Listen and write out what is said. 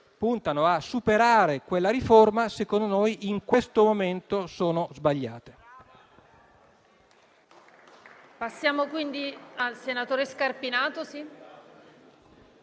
puntano a superare quella riforma, secondo noi in questo momento sono sbagliate.